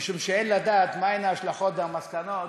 משום שאין לדעת מהן ההשלכות והמסקנות